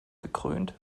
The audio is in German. gekrönt